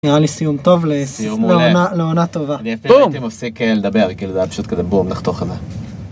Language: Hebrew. נראה לי סיום טובף סיום מעולה, לעונה טובה. אני אפילו הייתי מפסיק לדבר, כי זה היה פשוט כזה: בום לחתוך את זה.